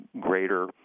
greater